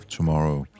Tomorrow